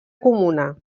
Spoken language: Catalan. comuna